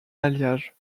alliage